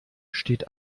steht